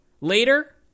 later